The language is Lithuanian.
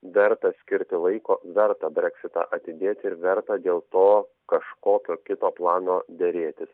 verta skirti laiko verta breksitą atidėti ir verta dėl to kažkokio kito plano derėtis